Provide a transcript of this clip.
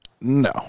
No